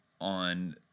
on